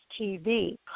TV